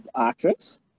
actress